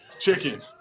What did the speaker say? chicken